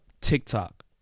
TikTok